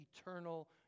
eternal